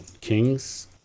Kings